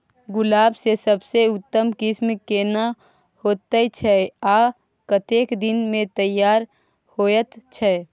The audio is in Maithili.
गुलाब के सबसे उन्नत किस्म केना होयत छै आ कतेक दिन में तैयार होयत छै?